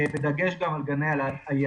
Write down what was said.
בדגש גם על גני הילדים.